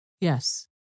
Yes